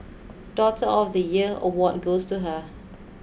daughter of the year award goes to her